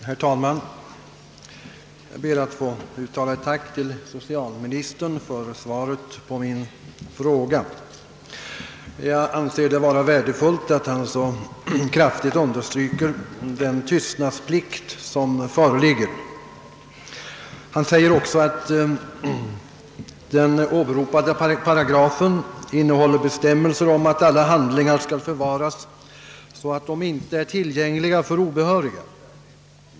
Herr talman! Jag ber att få uttala ett tack till socialministern för svaret på min fråga. Jag anser det vara värdefullt att han så kraftigt understryker den tystnadsplikt som föreligger. Han säger också att den åberopade paragragen innehåller bestämmelser om att alla handlingar skall förvaras så, att de inte är tillgängliga för obehöriga.